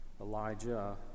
Elijah